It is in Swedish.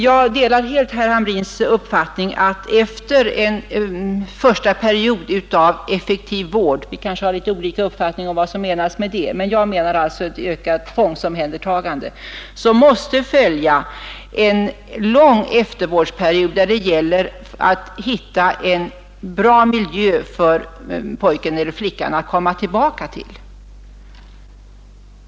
Jag delar helt herr Hamrins uppfattning, att efter en första period av effektiv vård — vi kanske har något olika uppfattningar om vad som menas med effektiv vård, men jag menar alltså ett ökat tvångsomhändertagande — måste följa en lång eftervårdsperiod, då det gäller att finna en bra miljö för pojken eller flickan att komma tillbaka till.